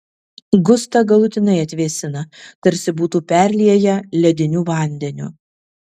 gustą galutinai atvėsina tarsi būtų perlieję lediniu vandeniu